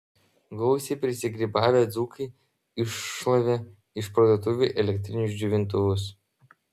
gausiai prisigrybavę dzūkai iššlavė iš parduotuvių elektrinius džiovintuvus